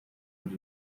muri